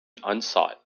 unsought